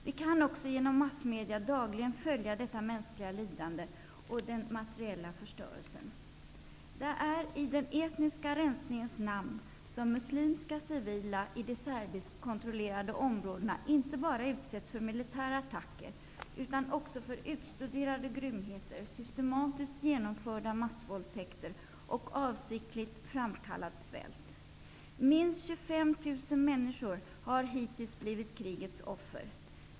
Vi kan också genom massmedier dagligen följa detta mänskliga lidande och den materiella förstörelsen. Det är i den etniska resningens namn som muslimska civila i det serbiskkontrollerade områdena inte bara utsätts för militära attacker, utan också för utstuderade grymheter, systematiskt genomförda massvåldtäkter och avsiktligt framkallad svält. Minst 25 000 människor har hittills blivit krigets offer.